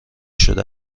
شده